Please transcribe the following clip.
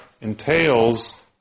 entails